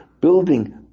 building